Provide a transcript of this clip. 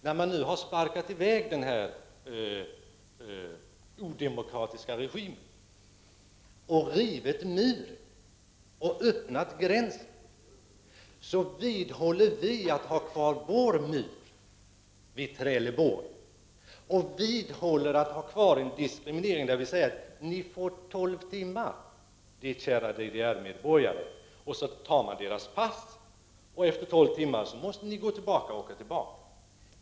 När nu denna odemokratiska regim har sparkats i väg, muren har rivits och gränsen har öppnats vidhåller vi i Sverige att vår mur vid Trelleborg skall vara kvar. Vi vidhåller en diskriminering som säger: Ni får tolv timmar, kära DDR-medborgare. Sedan tas deras pass, och efter tolv timmar måste de åka tillbaka.